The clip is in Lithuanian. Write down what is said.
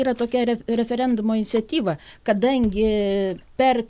yra tokia referendumo iniciatyva kadangi per